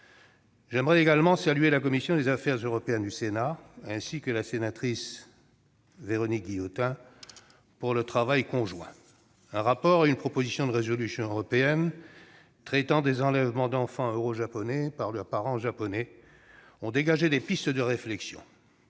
Je souhaite également saluer la commission des affaires européennes du Sénat ainsi que Véronique Guillotin pour leur travail conjoint. Un rapport et une proposition de résolution européenne traitant des enlèvements d'enfants euro-japonais par leur parent japonais ont dégagé des pistes de réflexion.